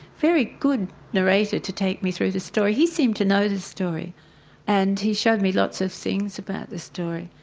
very good narrator to take me through the story. he seemed to know the story and he showed me lots of things about the story.